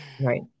right